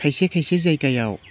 खायसे खायसे जायगायाव